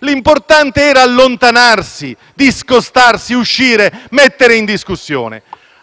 l'importante era allontanarsi, discostarsi, mettere in discussione. Abbiamo adesso rilevato come non è vero che il male assoluto è